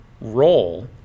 role